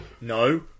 No